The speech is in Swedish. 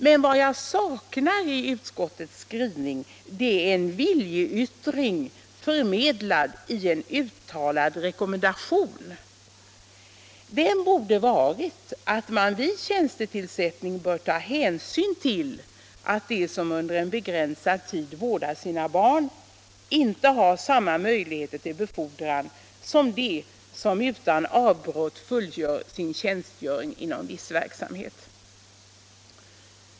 Men vad jag saknar i utskottets skrivning är en viljeyttring, förmedlad i en uttalad rekommendation att man vid tjänstetillsättning bör ta hänsyn till att den som under en begränsad tid vårdar sina barn inte har samma möjligheter till befordran som den som utan avbrott fullgör sin tjänstgöring inom viss verksamhet.